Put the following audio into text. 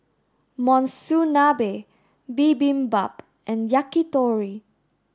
Monsunabe Bibimbap and Yakitori